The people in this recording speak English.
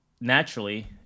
naturally